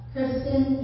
Kristen